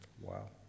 Wow